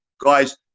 guys